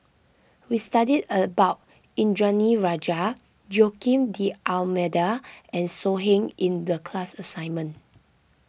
we studied about Indranee Rajah Joaquim D'Almeida and So Heng in the class assignment